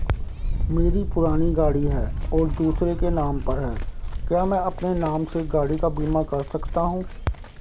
मेरी पुरानी गाड़ी है और दूसरे के नाम पर है क्या मैं अपने नाम से गाड़ी का बीमा कर सकता हूँ?